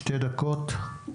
שתי דקות.